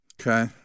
Okay